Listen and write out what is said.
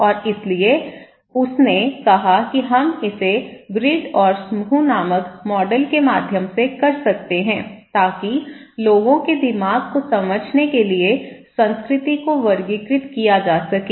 और इसलिए उसने कहा कि हम इसे ग्रिड और समूह नामक मॉडल के माध्यम से कर सकते हैं ताकि लोगों के दिमाग को समझने के लिए संस्कृति को वर्गीकृत किया जा सके